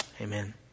Amen